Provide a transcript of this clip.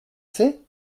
c’est